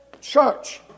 church